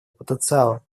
потенциала